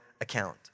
account